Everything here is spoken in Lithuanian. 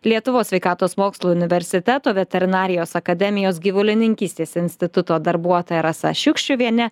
lietuvos sveikatos mokslų universiteto veterinarijos akademijos gyvulininkystės instituto darbuotoja rasa šiukščiuviene